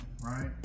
right